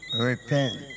repent